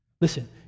Listen